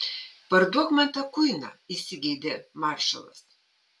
parduok man tą kuiną įsigeidė maršalas